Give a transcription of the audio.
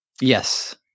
Yes